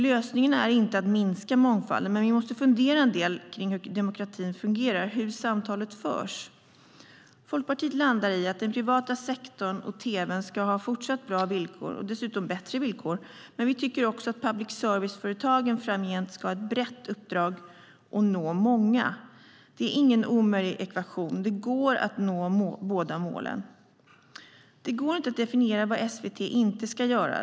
Lösningen är inte att minska mångfalden, men vi måste fundera en del kring hur demokratin fungerar, hur samtalet förs. Folkpartiet landar i att den privata radion och tv:n ska ha fortsatt bra villkor och dessutom bättre villkor. Men vi tycker också att public service-företagen framgent ska ha ett brett uppdrag och nå många. Det är ingen omöjlig ekvation; det går att nå båda målen. Det går inte att definiera vad SVT inte ska göra.